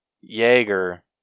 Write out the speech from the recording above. Jaeger